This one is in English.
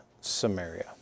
Samaria